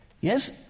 Yes